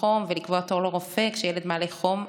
חום ולקבוע תור לרופא כשילד מעלה חום.